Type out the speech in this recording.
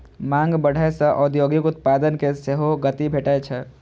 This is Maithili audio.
मांग बढ़ै सं औद्योगिक उत्पादन कें सेहो गति भेटै छै